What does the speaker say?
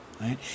Right